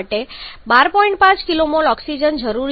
5 kmol oxygen જરૂરી છે